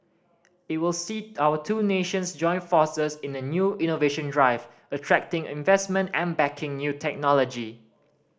it will see our two nations join forces in a new innovation drive attracting investment and backing new technology